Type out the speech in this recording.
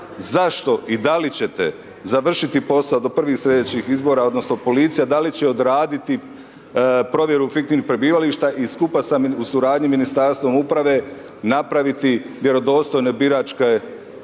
zašto i da li ćete završiti posao do prvih slijedećih izbora odnosno policija da li će odraditi provjeru fiktivnih prebivališta i skupa u suradnji s Ministarstvom uprave, napraviti vjerodostojne biračke popise?